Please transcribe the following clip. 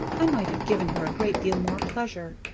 i might have given her a great deal more pleasure.